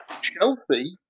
Chelsea